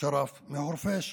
שרף מחורפיש.